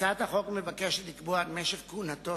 הצעת החוק מבקשת לקבוע את משך כהונתו